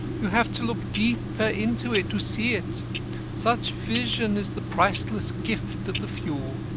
you have to look deeper into it to see it such vision is the priceless gift of the few.